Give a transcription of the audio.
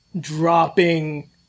dropping